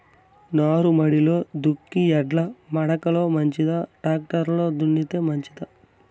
నారుమడిలో దుక్కి ఎడ్ల మడక లో మంచిదా, టాక్టర్ లో దున్నితే మంచిదా?